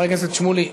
חבר הכנסת שמולי,